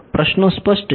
પ્રશ્નો સ્પષ્ટ છે